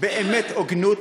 באמת, הוגנות.